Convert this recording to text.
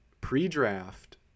pre-draft